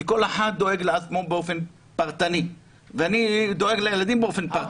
כי כל אחד דואג לעצמו באופן פרטני ואני דואג לילדים באופן פרטני.